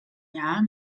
jahr